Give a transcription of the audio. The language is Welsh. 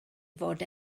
fod